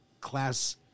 class